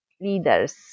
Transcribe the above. leaders